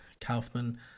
Kaufman